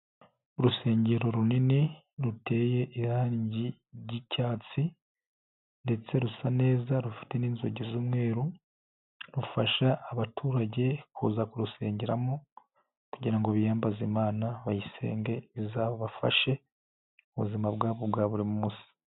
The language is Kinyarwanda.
Urusengero runini ruteye irangi ry'icyatsi, ndetse rusa neza rufite n'inzugi z'umweruru, rufasha abaturage kuza kurusengeramo, kugira biyambaze imana bayisenge izabafashe, mu buzima bwabo bwa buri munsi.